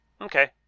Okay